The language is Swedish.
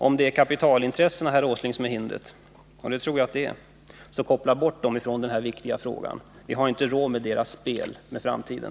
Om det är kapitalintressena, herr Åsling, som är det stora hindret — och det tror jag att det är — så koppla bort dem från den här viktiga frågan. Vi har inte råd med deras spel med framtiden.